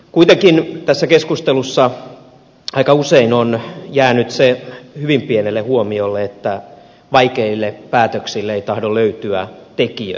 kuitenkin tässä keskustelussa aika usein on jäänyt hyvin pienelle huomiolle se että vaikeille päätöksille ei tahdo löytyä tekijöitä